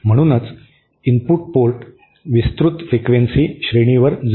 म्हणूनच input port विस्तृत वारंवारता श्रेणीवर जुळते